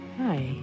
Hi